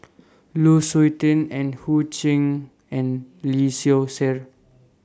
Lu Suitin and Ho Chee and Lee Seow Ser